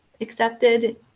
accepted